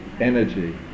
Energy